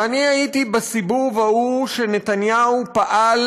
ואני הייתי בסיבוב ההוא שנתניהו פעל